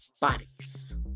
bodies